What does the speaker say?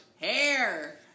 hair